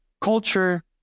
culture